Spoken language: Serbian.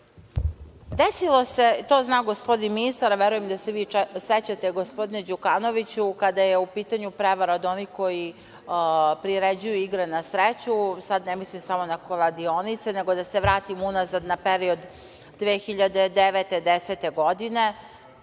Desilo se, to zna gospodin ministar, a verujem da se i vi sećate gospodine Đukanoviću, kada je u pitanju prevara od onih koji priređuju igre na sreću, sad ne mislim samo na kladionice, nego da se vratim unazad na period 2009, 2010. i